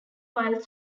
while